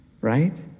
Right